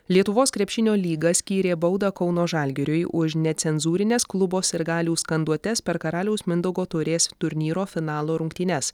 lietuvos krepšinio lyga skyrė baudą kauno žalgiriui už necenzūrines klubo sirgalių skanduotes per karaliaus mindaugo taurės turnyro finalo rungtynes